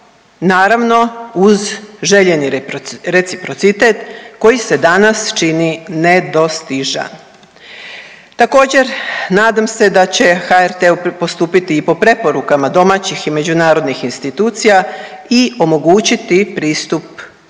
naravno uz željeni reciprocitet koji se danas čini nedostižan. Također nadam se da će HRT-e postupiti i po preporukama domaćih i međunarodnih institucija i omogućiti pristup